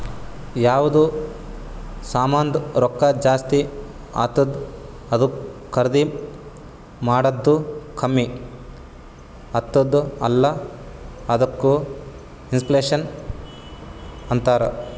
ಯಾವ್ದು ಸಾಮಾಂದ್ ರೊಕ್ಕಾ ಜಾಸ್ತಿ ಆತ್ತುದ್ ಅದೂ ಖರ್ದಿ ಮಾಡದ್ದು ಕಮ್ಮಿ ಆತ್ತುದ್ ಅಲ್ಲಾ ಅದ್ದುಕ ಇನ್ಫ್ಲೇಷನ್ ಅಂತಾರ್